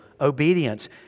obedience